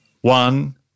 One